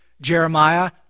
Jeremiah